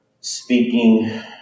speaking